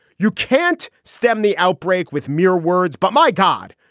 you can't stem the outbreak with mere words, but my god,